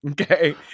okay